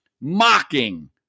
mocking